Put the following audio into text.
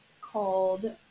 called